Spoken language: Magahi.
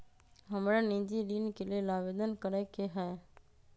हमरा निजी ऋण के लेल आवेदन करै के हए